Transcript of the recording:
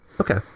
Okay